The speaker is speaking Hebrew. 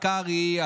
קרעי,